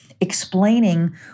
explaining